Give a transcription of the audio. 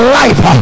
life